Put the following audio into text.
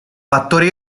fattori